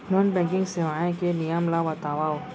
Non banking सेवाएं के नियम ला बतावव?